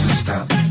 stop